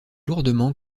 lourdement